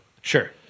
Sure